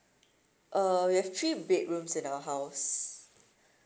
uh we have three bedrooms in our house